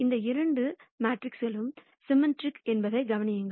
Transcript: இந்த இரண்டு மேட்ரிஸ்களும் சிம்மெட்ரிக் என்பதை கவனியுங்கள்